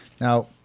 Now